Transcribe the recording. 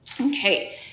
Okay